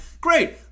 Great